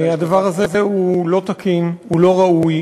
הדבר הזה הוא לא תקין, הוא לא ראוי.